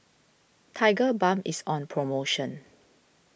Tigerbalm is on promotion